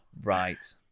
Right